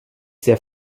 sehr